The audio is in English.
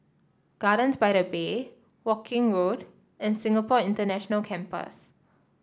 Gardens by the Bay Woking Road and Singapore International Campus